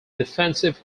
defensive